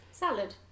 salad